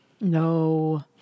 No